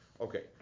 Okay